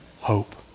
hope